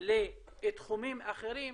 בתחומים אחרים.